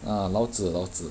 ah 老子老子